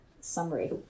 summary